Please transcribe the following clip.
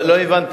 לא הבנתי.